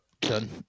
done